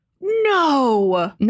No